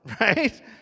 right